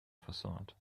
facade